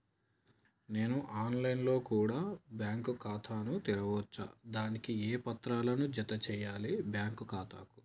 నేను online లో కూడా బ్యాంకు ఖాతా ను తెరవ వచ్చా? దానికి ఏ పత్రాలను జత చేయాలి బ్యాంకు ఖాతాకు?